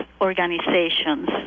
organizations